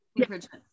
Encouragement